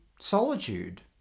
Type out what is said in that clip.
solitude